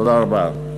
תודה רבה.